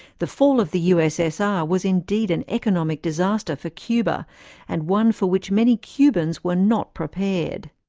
the fall of the ussr was indeed an economic disaster for cuba and one for which many cubans were not prepared.